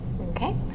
okay